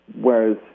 Whereas